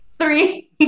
three